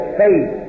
faith